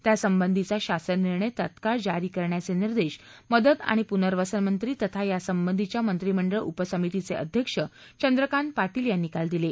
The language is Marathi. त्यासंबंधीचा शासन निर्णय तत्काळ जारी करण्याचे निर्देश मदत आणि पुनर्वसन मंत्री तथा यासंबंधीच्या मंत्रिमंडळ उपसमितीचे अध्यक्ष चंद्रकांत पाटील यांनी काल दिले